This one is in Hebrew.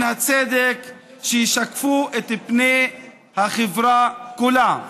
כסף רב ומן הצדק שישקפו את פני החברה כולה.